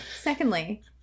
Secondly